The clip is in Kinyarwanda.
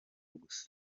gusa